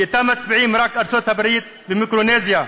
ואתה מצביעות רק ארצות-הברית ומיקרונזיה.